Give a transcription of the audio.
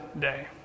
day